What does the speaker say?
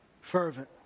fervent